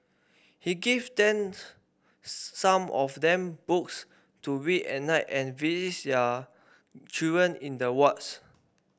he gives them some of them books to read at night and visits their children in the wards